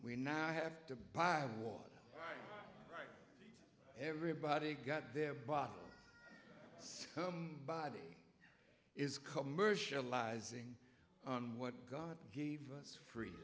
we now have to buy water everybody got their bottle some body is commercializing on what god gave us free